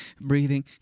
breathing